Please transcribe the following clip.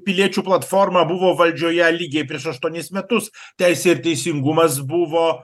piliečių platforma buvo valdžioje lygiai prieš aštuonis metus teisė ir teisingumas buvo